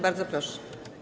Bardzo proszę.